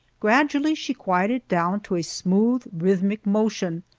gradually she quieted down to a smooth, rhythmic motion,